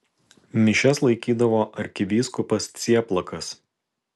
mišias laikydavo arkivyskupas cieplakas